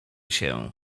się